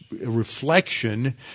reflection